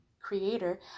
creator